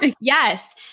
Yes